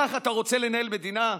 ככה אתה רוצה לנהל מדינה?